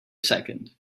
second